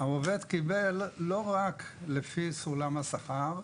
העובד קיבל לא רק לפי סולם השכר,